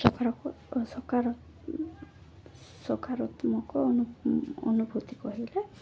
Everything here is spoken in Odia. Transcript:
ସକାରକ ସକାର ସକାରାତ୍ମକ ଅନୁ ଅନୁଭୂତି କହିଲେ